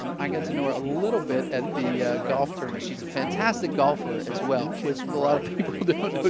um i got to know her a little bit at the golf tournament. she's a fantastic golfer as well. which a lot of people don't know. but